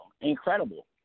Incredible